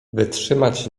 wytrzymać